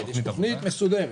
כן, יש תוכנית מסודרת.